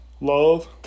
Love